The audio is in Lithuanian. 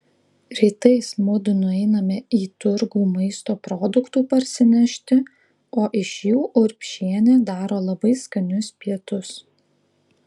rytais mudu nueiname į turgų maisto produktų parsinešti o iš jų urbšienė daro labai skanius pietus